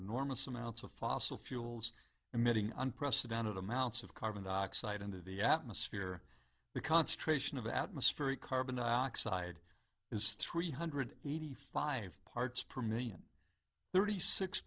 amounts of fossil fuels emitting unprecedented amounts of carbon dioxide into the atmosphere the concentration of atmospheric carbon dioxide is three hundred eighty five parts per million thirty six